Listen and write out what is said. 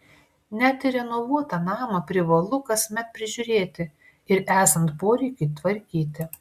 net ir renovuotą namą privalu kasmet prižiūrėti ir esant poreikiui tvarkyti